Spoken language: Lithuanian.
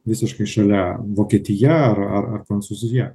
visiškai šalia vokietija ar ar prancūzija